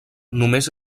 només